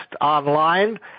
online